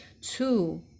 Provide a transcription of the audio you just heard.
two